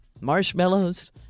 marshmallows